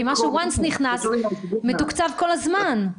כי מה שנכנס מתוקצב פעם אחת.